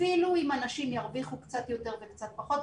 אפילו אם אנשים ירוויחו קצת יותר או קצת פחות,